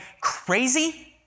crazy